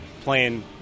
playing